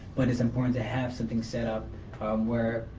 but it's important to have something set up where,